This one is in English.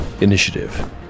Initiative